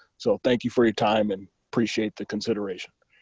so thank you for your time and appreciate the consideration.